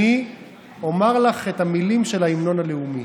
אני אומר לך את המילים של ההמנון הלאומי,